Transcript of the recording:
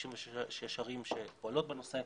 96 ערים שפועלות בנושא,